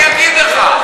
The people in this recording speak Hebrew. אני אגיד לך.